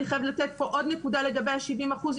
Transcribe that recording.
אני חייבת לתת כאן עוד נקודה לגבי ה-70 אחוזים.